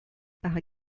par